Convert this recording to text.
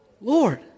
Lord